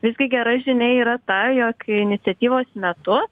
visgi gera žinia yra ta jog iniciatyvos metu